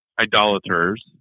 idolaters